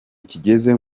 kigeze